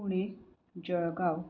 Pune Jalgaon